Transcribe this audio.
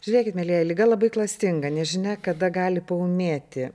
žiūrėkit mielieji liga labai klastinga nežinia kada gali paūmėti